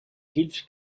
hilft